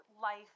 life